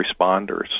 responders